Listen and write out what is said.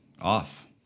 off